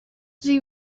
due